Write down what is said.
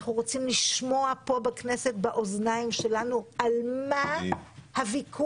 אנחנו רוצים לשמוע פה בכנסת באוזניים שלנו על מה הוויכוח.